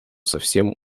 совсем